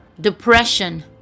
Depression